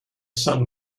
sun